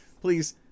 Please